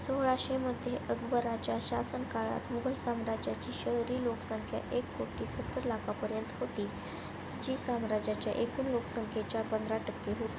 सोळाशेमध्ये अकबराच्या शासन काळात मुघल साम्राज्याची शहरी लोकसंख्या एक कोटी सत्तर लाखापर्यंत होती जी साम्राज्याच्या एकूण लोकसंख्येच्या पंधरा टक्के होती